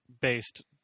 based